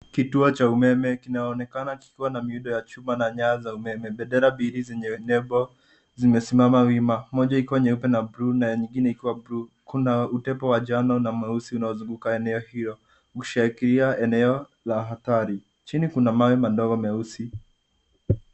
Kituo cha umeme kinaonekana kikiwa na miundo ya chuma na nyaya za umeme, bendera mbili zenye nembo zimesimama wima, moja ikiwa nyeupe na bluu na nyingine bluu. Kuna utepo wa njano na mweusi unaozunguka ukiashiria eneo hio ukiashiria eneo la hatari. Chini kuna mawe madogo meusi.